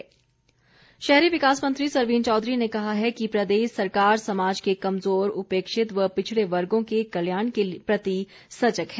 सरवीण शहरी विकास मंत्री सरवीण चौधरी ने कहा है कि प्रदेश सरकार समाज के कमजोर उपेक्षित व पिछड़े वर्गो के कल्याण के प्रति सजग है